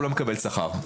הוא לא מקבל שכר,